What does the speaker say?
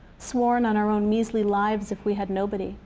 sworn on our own measly lives, if we had nobody